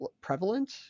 prevalent